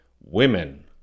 women